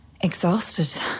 Exhausted